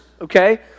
Okay